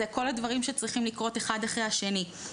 אלה כל הדברים שצריכים לקרות אחד אחרי השני,